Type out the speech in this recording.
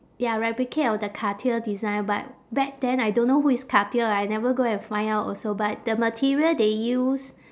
ya replicate of the cartier design but back then I don't know who is cartier I never go and find out also but the material they use